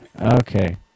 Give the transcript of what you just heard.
Okay